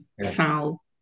Sal